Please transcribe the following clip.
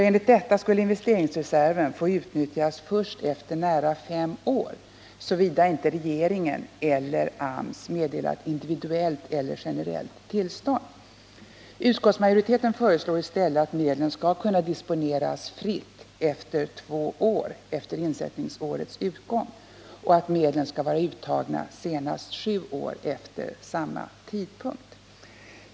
Enligt detta skulle investeringsreserven få utnyttjas först efter nära fem år, såvida inte regeringen eller AMS meddelat individuellt eller generellt tillstånd. Utskottsmajoriteten föreslår i stället att medlen skall kunna disponeras fritt efter en tid av två år efter insättningsårets utgång och att medlen skall vara uttagna senast sju år efter samma tidpunkt.